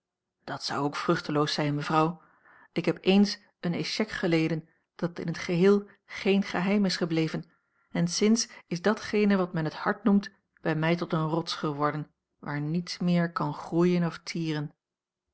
dat zou ook vruchteloos zijn mevrouw ik heb eens een échec geleden dat in het geheel geen geheim is gebleven en sinds is datgene wat men het hart noemt bij mij tot een rots geworden waar niets meer kan groeien of tieren